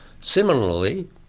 Similarly